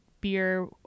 beer